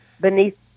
beneath